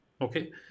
okay